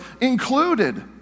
included